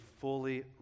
fully